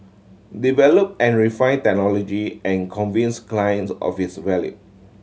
develop and refine technology and convince clients of its value